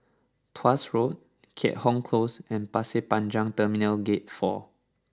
Tuas Road Keat Hong Close and Pasir Panjang Terminal Gate Four